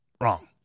Wrong